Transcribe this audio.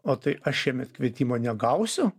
o tai aš šiemet kvietimo negausiu